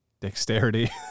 dexterity